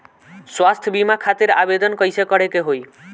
स्वास्थ्य बीमा खातिर आवेदन कइसे करे के होई?